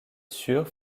sûr